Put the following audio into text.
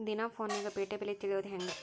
ದಿನಾ ಫೋನ್ಯಾಗ್ ಪೇಟೆ ಬೆಲೆ ತಿಳಿಯೋದ್ ಹೆಂಗ್?